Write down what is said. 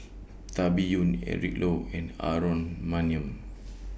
Tan Biyun Eric Low and Aaron Maniam